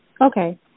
Okay